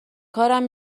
کارم